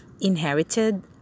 inherited